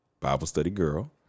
biblestudygirl